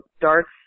darts